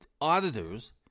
auditors